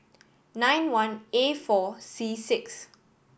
nine one A four C six